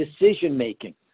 decision-making